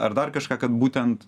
ar dar kažką kad būtent